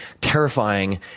terrifying